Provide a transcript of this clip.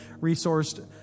resourced